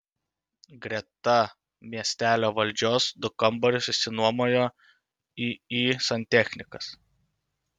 greta miestelio valdžios du kambarius išsinuomojo iį santechnikas